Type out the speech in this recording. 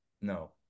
No